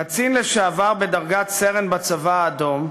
קצין לשעבר בדרגת סרן בצבא האדום,